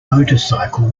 motorcycle